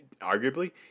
arguably